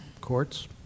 Courts